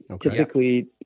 Typically